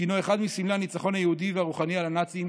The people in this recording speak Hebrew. שהוא אחד מסמלי הניצחון היהודי והרוחני על הנאצים,